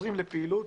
חוזרים לפעילות